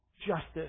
justice